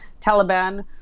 Taliban